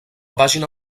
pàgina